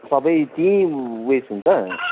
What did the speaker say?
सबै त्यहीँ उयेस हुन्छ